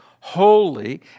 holy